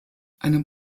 einem